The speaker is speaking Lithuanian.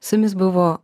su jumis buvo